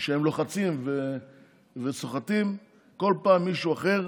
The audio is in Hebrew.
לוחצים וסוחטים כל פעם מישהו אחר,